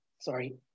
sorry